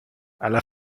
alla